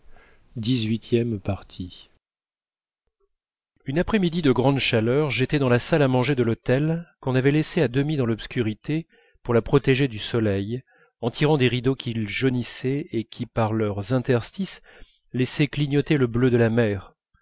une après-midi de grande chaleur j'étais dans la salle à manger de l'hôtel qu'on avait laissée à demi dans l'obscurité pour la protéger du soleil en tirant des rideaux qu'il jaunissait et qui par leurs interstices laissaient clignoter le bleu de la mer